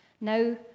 Now